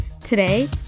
Today